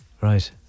Right